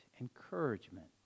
encouragement